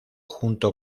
junto